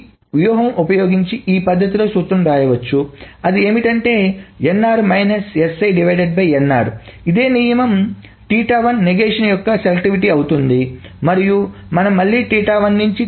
కాబట్టి ఈ వ్యూహం ఉపయోగించి ఈ పద్ధతిలో సూత్రం వ్రాయవచ్చు అది ఏమిటంటే ఇదే నియమం నగేష్షన్ యొక్క సెలెక్టివిటీ అవుతుంది మరియు మనం మళ్ళీ నుంచి